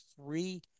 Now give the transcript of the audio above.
three